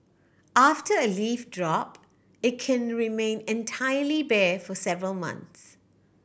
after a leaf drop it can remain entirely bare for several months